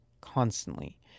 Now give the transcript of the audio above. constantly